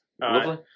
Lovely